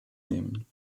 nehmen